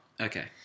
Okay